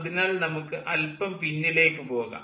അതിനാൽ നമുക്ക് അല്പം പിന്നിലേക്ക് പോകാം